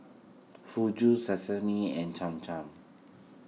Fugu Sashimi and Cham Cham